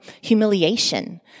humiliation